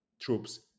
troops